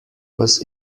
was